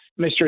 mr